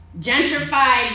Gentrified